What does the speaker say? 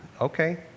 Okay